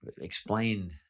explain